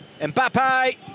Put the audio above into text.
Mbappe